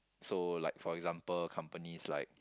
so like for example companies like